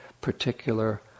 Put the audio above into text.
particular